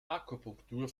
akupunktur